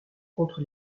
contre